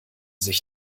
sich